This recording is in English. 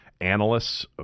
analysts